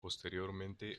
posteriormente